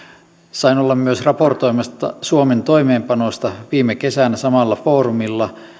sain olla myös raportoimassa suomen toimeenpanosta viime kesänä samalla foorumilla